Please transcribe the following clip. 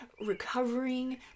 recovering